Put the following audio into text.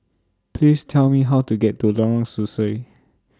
Please Tell Me How to get to Lorong Sesuai